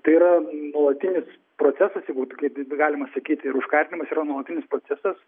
tai yra nuolatinis procesas tai būtų kaip galima sakyti ir užkardymas yra nuolatinis procesas